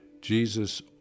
Jesus